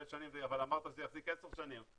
שנים ותגיד 'אמרת שזה יחזיק עשר שנים',